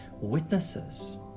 witnesses